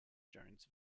jones